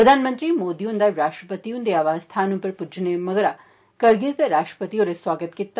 प्रधानमंत्री मोदी हुन्दा राश्ट्रपति हुन्दे आवास स्थान पुज्जने उप्पर करिगमस दे राश्ट्रपति होरें सौआगत कीता